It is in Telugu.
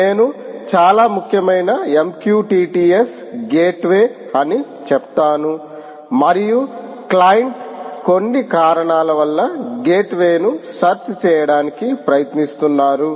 నేను చాలా ముఖ్యమైన MQTT S గేట్వే అని చెప్తాను మరియు క్లయింట్ కొన్ని కారణాల వల్ల గేట్వే ను సెర్చ్ చేయడానికి ప్రయత్నిస్తున్నారు